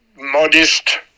modest